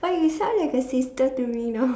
but you sound like a sister to me now